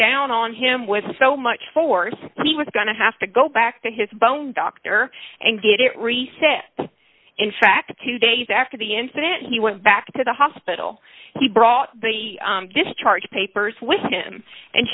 down on him with so much force he was going to have to go back to his bone doctor and get it reset in fact two days after the incident he went back to the hospital he brought the discharge papers with him and